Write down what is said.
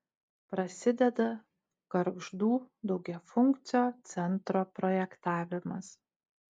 prasideda gargždų daugiafunkcio centro projektavimas